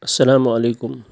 اَسَلامُ علیکُم